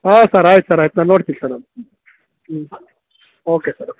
ಹಾಂ ಸರ್ ಆಯ್ತ್ ಸರ್ ಆಯ್ತ್ ಸರ್ ನಾ ನೋಡ್ತಿನ್ ಸರ್ ನಾನು ಹ್ಞೂ ಓಕೆ ಸರ್ ಓಕೆ